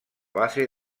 base